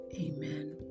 Amen